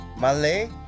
Malay